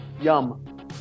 Yum